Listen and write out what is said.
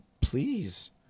please